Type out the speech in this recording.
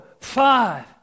five